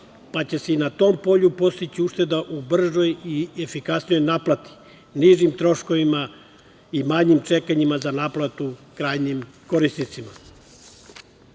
pa će se i na tom polju postići ušteda u bržoj i efikasnijoj naplati, nižim troškovima i manjim čekanjima za naplatu krajnjim korisnicima. Dobro